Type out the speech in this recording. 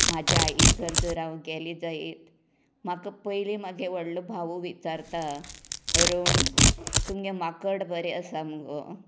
म्हाज्या आई थर जर हांव गेले जाईत म्हाका पयली म्हागे व्हडलो भाव विचारता अरूण तुमगे माकड बरें आसा मुगो